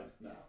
now